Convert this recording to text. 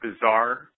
bizarre